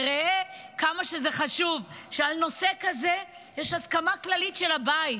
ראה כמה חשוב שעל נושא כזה יש הסכמה כללית של הבית.